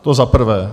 To za prvé.